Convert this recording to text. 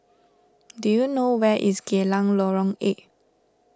do you know where is Geylang Lorong eight